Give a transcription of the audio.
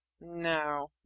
no